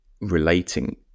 relating